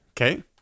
Okay